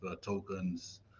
tokens